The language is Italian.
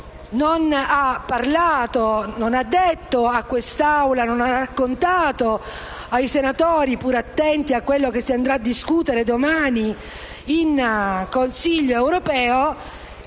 anche che non ha detto a quest'Aula, non ha raccontato ai senatori, pur attenti a quello che si andrà a discutere domani in Consiglio europeo,